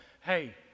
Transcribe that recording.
hey